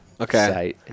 okay